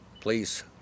please